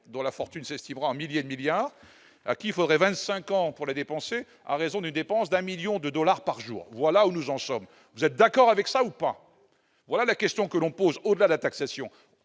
dont la fortune s'estimera en milliers de milliards aurait 25 ans pour les dépenser en raison des dépenses d'un 1000000 de dollars par jour, voilà où nous en sommes, vous êtes d'accord avec ça ou pas, voilà la question que l'on pose au-delà la taxation